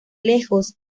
lejos